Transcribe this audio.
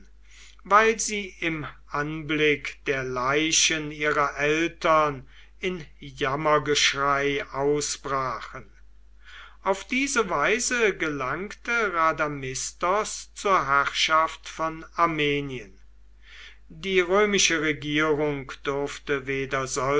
weil sie im anblick der leichen ihrer eltern in jammergeschrei ausbrachen auf diese weise gelangte rhadamistos zur herrschaft von armenien die römische regierung durfte weder